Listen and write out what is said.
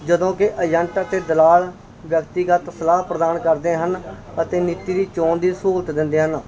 ਜਦੋਂ ਕਿ ਏਜੰਟ ਅਤੇ ਦਲਾਲ ਵਿਅਕਤੀਗਤ ਸਲਾਹ ਪ੍ਰਦਾਨ ਕਰਦੇ ਹਨ ਅਤੇ ਨੀਤੀ ਦੀ ਚੋਣ ਦੀ ਸਹੂਲਤ ਦਿੰਦੇ ਹਨ